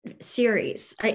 series